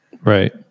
Right